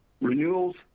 Renewals